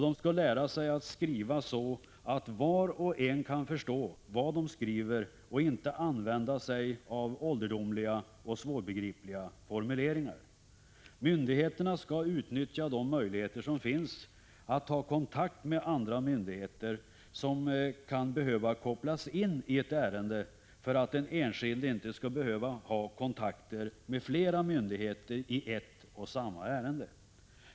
De skall lära sig att skriva så att var och en kan förstå vad de skriver och inte använda sig av ålderdomliga och svårbegripliga formuleringar. Myndigheterna skall utnyttja de möjligheter som finns att ta kontakt med andra myndigheter som kan behöva kopplas in i ett ärende för att den enskilde inte skall behöva ha kontakter med flera myndigheter i ett och samma ärende.